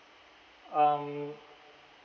um